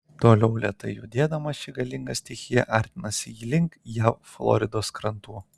toliau lėtai judėdama ši galinga stichija artinasi link jav floridos krantų